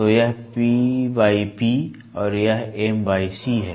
तो यह है और यह है